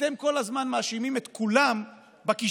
אתם כל הזמן מאשימים את כולם בכישלון,